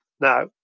Now